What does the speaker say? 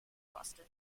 boston